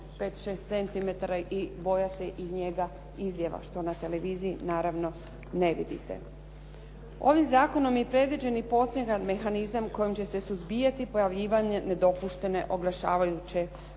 i boja se iz njega izlijeva, što na televiziji naravno ne vidite. Ovim zakonom je predviđen i poseban mehanizam kojim će se suzbijati pojavljivanje nedopuštene oglašavajuće